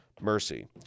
mercy